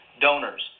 donors